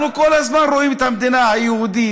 אנחנו כל הזמן רואים את המדינה היהודית.